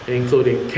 including